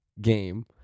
game